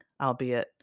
albeit